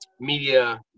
media